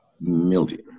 million